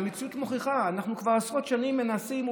והמציאות מוכיחה: אנחנו כבר עשרות שנים מנסים,